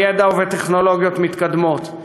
בידע ובטכנולוגיות מתקדמות.